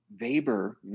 Weber